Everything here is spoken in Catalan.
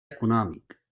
econòmic